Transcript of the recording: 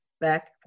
Back